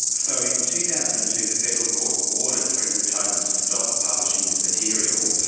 so in two thousand and two the federal court ordered fredrick toben to stop publishing this material,